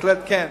בהחלט כן.